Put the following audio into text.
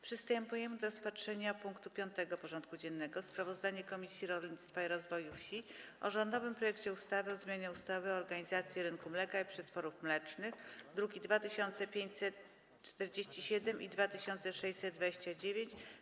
Przystępujemy do rozpatrzenia punktu 5. porządku dziennego: Sprawozdanie Komisji Rolnictwa i Rozwoju Wsi o rządowym projekcie ustawy o zmianie ustawy o organizacji rynku mleka i przetworów mlecznych (druki nr 2547 i 2629)